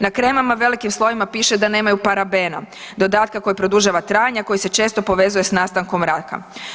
Na kremama velikim slovima piše da nemaju parabena, dodatka koji produžava trajanje a koji se često povezuje s nastankom raka.